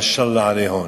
מא שאא אללה עליהום,